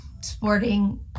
sporting